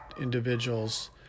individuals